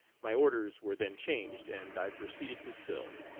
my orders were then changed, and i proceeded to sill.